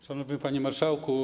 Szanowny Panie Marszałku!